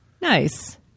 Nice